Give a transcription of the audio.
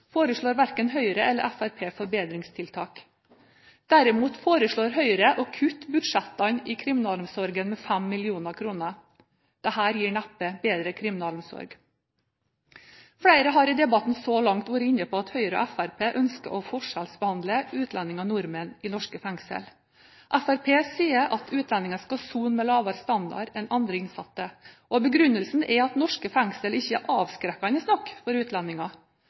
foreslår verken Høyre eller Fremskrittspartiet forbedringstiltak. Derimot foreslår Høyre å kutte budsjettene i kriminalomsorgen med 5 mill. kr. Dette gir neppe bedre kriminalomsorg. Flere har i debatten så langt vært inne på at Høyre og Fremskrittspartiet ønsker å forskjellsbehandle utlendinger og nordmenn i norske fengsel. Fremskrittspartiet sier at utlendinger skal sone med lavere standard enn andre innsatte. Begrunnelsen er at norske fengsler ikke er avskrekkende nok for